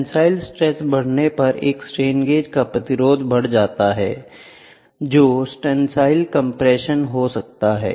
tensile stress बढ़ने पर एक स्ट्रेन गेज का प्रतिरोध बढ़ जाता है जो टेंसिल कंप्रेशन हो सकता है